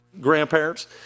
grandparents